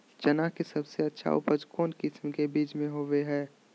चना के सबसे अच्छा उपज कौन किस्म के बीच में होबो हय?